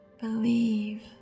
believe